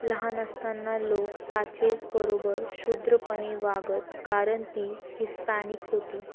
लहान असताना लोक सांचेझबरोबर क्षुद्रपणे वागत कारण ती हिस्पॅनिक होती